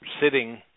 sitting